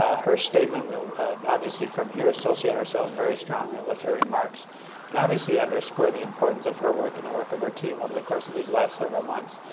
ah her statement. we obviously from here associate ourselves very strongly with her remarks and obviously underscore the importance of her work and the work of her team over the course of these last several months.